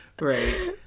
Right